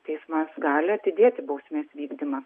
teismas gali atidėti bausmės vykdymą